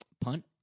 Punt